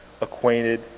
acquainted